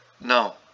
No